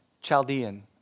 Chaldean